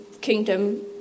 kingdom